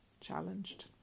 challenged